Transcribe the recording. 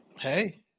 Hey